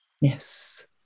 Yes